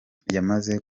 yamaze